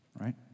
right